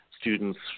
students